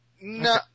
No